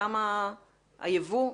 כמה היבוא?